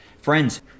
friends